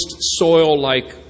soil-like